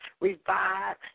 revive